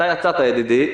אתה יצאת ידידי,